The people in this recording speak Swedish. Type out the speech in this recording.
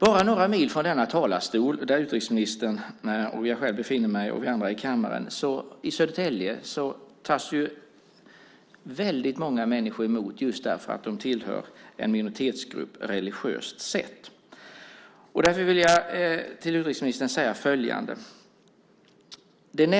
Bara några mil från denna kammare där utrikesministern, jag själv och de andra befinner oss, i Södertälje, tas väldigt många människor emot just därför att de tillhör en minoritetsgrupp religiöst sett. Därför vill jag till utrikesministern säga följande.